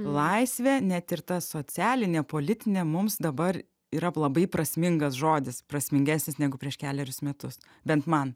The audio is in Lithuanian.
laisvė net ir ta socialinė politinė mums dabar yra labai prasmingas žodis prasmingesnis negu prieš kelerius metus bent man